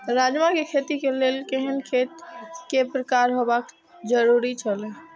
राजमा के खेती के लेल केहेन खेत केय प्रकार होबाक जरुरी छल?